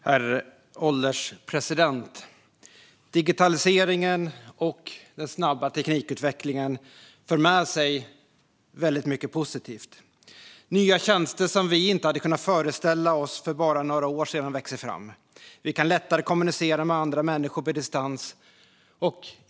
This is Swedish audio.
Herr ålderspresident! Digitaliseringen och den snabba teknikutvecklingen för med sig väldigt mycket positivt. Nya tjänster som vi inte hade kunnat föreställa oss för bara några år sedan växer fram. Vi kan lättare kommunicera med andra människor på distans.